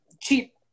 cheap